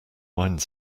wine